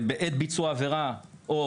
בעת ביצוע העבירה או